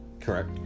Correct